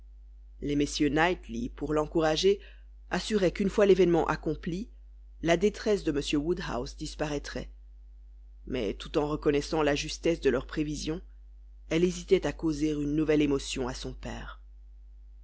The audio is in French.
les messieurs knightley pour l'encourager assuraient qu'une fois l'événement accompli la détresse de m woodhouse disparaîtrait mais tout en reconnaissant la justesse de leurs prévisions elle hésitait à causer une nouvelle émotion à son père